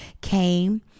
came